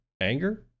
anger